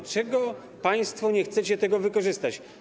Dlaczego państwo nie chcecie tego wykorzystać?